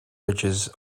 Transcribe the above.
bridges